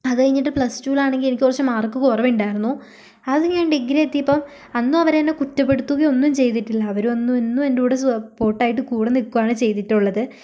അതുകഴിഞ്ഞിട്ട് പ്ലസ് ടുവിലാണെങ്കിൽ എനിക്ക് കുറച്ച് മാർക്ക് കുറവ് ഉണ്ടായിരുന്നു അത് ഞാൻ ഡിഗ്രി എത്തിയപ്പോൾ അന്നും അവര് എന്നെ കുറ്റപ്പെടുത്തുകയോ ഒന്നും ചെയ്തിട്ടില്ല അവര് അന്നും എന്നും എൻ്റെ കൂടെ സപ്പോർട്ടായിട്ട് കൂടെ നിൽക്കുകയാണ് ചെയ്തിട്ടുള്ളത്